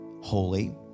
holy